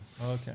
Okay